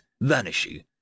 vanishing